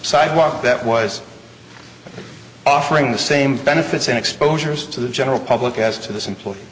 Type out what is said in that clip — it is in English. sidewalk that was offering the same benefits and exposures to the general public as to this employee